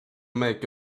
make